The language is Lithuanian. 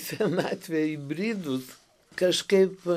senatvę įbridus kažkaip